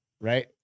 right